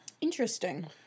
Interesting